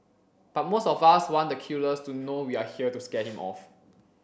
but most of us want the killer to know we are here to scare him off